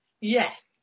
Yes